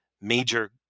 major